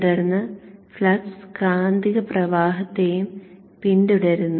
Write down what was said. തുടർന്ന് ഫ്ലക്സ് കാന്തിക പ്രവാഹത്തെയും പിന്തുടരും